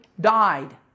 died